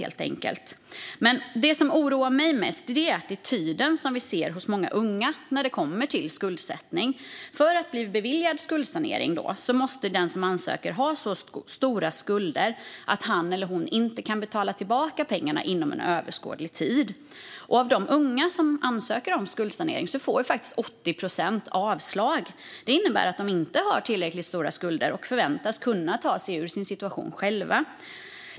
Det som dock oroar mig mest är attityden hos många unga när det gäller skuldsättning. För att bli beviljad skuldsanering måste den som ansöker ha så stora skulder att han eller hon inte kan betala tillbaka pengarna inom en överskådlig tid. Av de unga som ansöker om skuldsanering får 80 procent avslag. Det innebär att de inte har tillräckligt stora skulder och förväntas själva kunna ta sig ur sin situation.